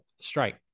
strike